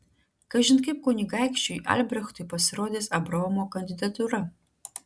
kažin kaip kunigaikščiui albrechtui pasirodys abraomo kandidatūra